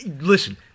Listen